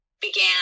began